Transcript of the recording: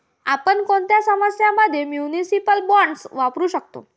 आपण कोणत्या समस्यां मध्ये म्युनिसिपल बॉण्ड्स वापरू शकतो?